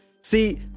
See